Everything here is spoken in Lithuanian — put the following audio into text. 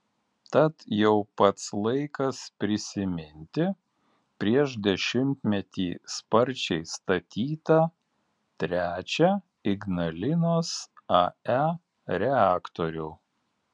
tad jau pats laikas prisiminti prieš dešimtmetį sparčiai statytą trečią ignalinos ae reaktorių